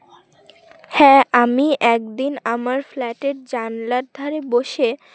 হ্যাঁ আমি একদিন আমার ফ্ল্যাটের জানলার ধারে বসে